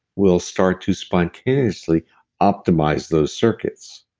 will start to spontaneously optimize those circuits,